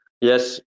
yes